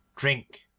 drink,